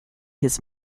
his